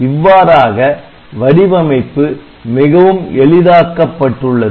இவ்வாறாக வடிவமைப்பு மிகவும் எளிதாக்கப்பட்டுள்ளது